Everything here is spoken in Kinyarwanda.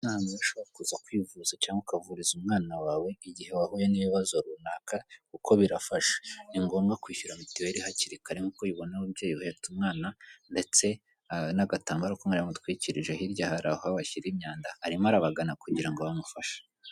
Aha ni ahantu rero ushobora kuza kwivuza cyangwa ukavuza umwana wawe igihe wahuye n'ibibazo runaka kuko birafasha. Ningombwa kwishyura mituweri hakiri kare nk'uko ubibona ababyeyi bahetse umwana ndetse n'agatambaro ku mwana amutwikirije, hirya hari aho bashyira imyanda. Arimo arabagana kugira ngo bamufashe.